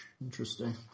Interesting